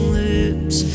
lips